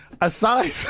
Aside